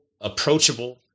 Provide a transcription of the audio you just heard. approachable